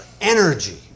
energy